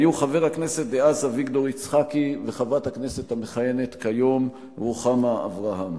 היו חבר הכנסת דאז אביגדור יצחקי וחברת הכנסת המכהנת כיום רוחמה אברהם.